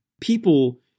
people